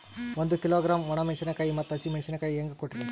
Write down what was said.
ಒಂದ ಕಿಲೋಗ್ರಾಂ, ಒಣ ಮೇಣಶೀಕಾಯಿ ಮತ್ತ ಹಸಿ ಮೇಣಶೀಕಾಯಿ ಹೆಂಗ ಕೊಟ್ರಿ?